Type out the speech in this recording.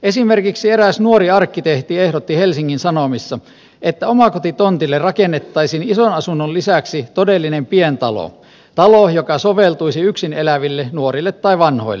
esimerkiksi eräs nuori arkkitehti ehdotti helsingin sanomissa että omakotitontille rakennettaisiin ison asunnon lisäksi todellinen pientalo talo joka soveltuisi yksin eläville nuorille tai vanhoille